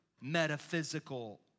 metaphysical